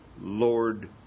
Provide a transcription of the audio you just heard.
Lord